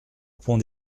pont